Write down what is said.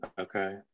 okay